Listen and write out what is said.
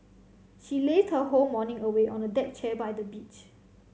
she lazed her whole morning away on a deck chair by the beach